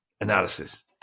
analysis